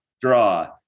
draw